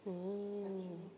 mm